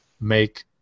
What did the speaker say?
make